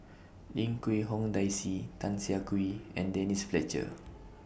Lim Quee Hong Daisy Tan Siah Kwee and Denise Fletcher